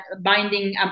binding